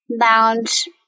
lounge